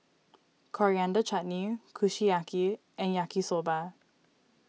Coriander Chutney Kushiyaki and Yaki Soba